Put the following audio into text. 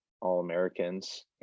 All-Americans